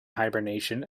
hibernation